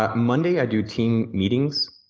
ah monday i do team meetings.